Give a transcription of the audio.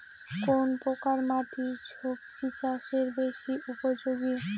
কোন প্রকার মাটি সবজি চাষে বেশি উপযোগী?